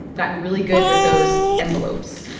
they've gotten really good with those envelopes